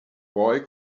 boy